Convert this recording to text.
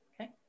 Okay